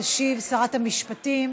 תשיב שרת המשפטים